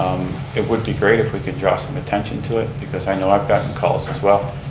it would be great if we could draw some attention to it, because i know i've gotten calls as well,